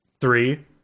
three